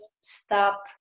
stop